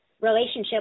relationship